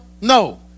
no